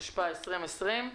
התשפ"א-2020.